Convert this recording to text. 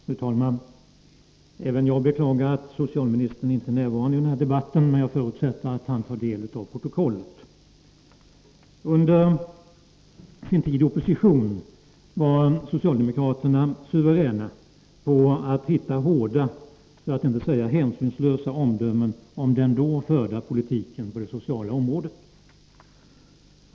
Fru talman! Även jag beklagar att socialministern inte är närvarande i den här debatten. Jag förutsätter dock att han tar del av protokollet. Under sin tid i opposition var socialdemokraterna suveräna på att hitta hårda — för att inte säga hänsynslösa — omdömen om den då förda politiken på det sociala området.